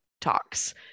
talks